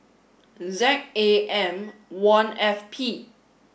Z A M one F P